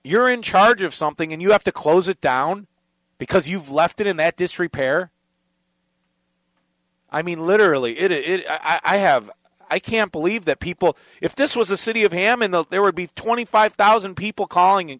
you're in charge of something and you have to close it down because you've left it in that disrepair i mean literally it is i have i can't believe that people if this was a city of hammond the there would be twenty five thousand people calling